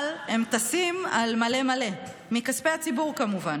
אבל הם טסים על מלא מלא, מכספי הציבור, כמובן.